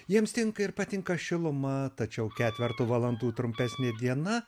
jiems tinka ir patinka šiluma tačiau ketverto valandų trumpesnė diena